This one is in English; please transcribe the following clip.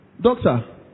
Doctor